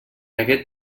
aquest